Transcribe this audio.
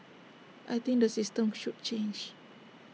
I think the system should change